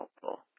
helpful